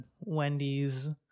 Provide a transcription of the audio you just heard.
Wendy's